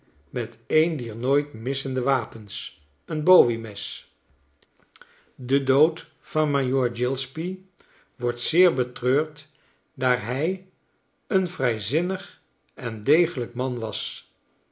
met een dier nooit missende wapens een bowie mes de dood van majoor g wordt zeer betreurd daar hij een vrijzinnig en degelijk man was